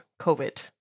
COVID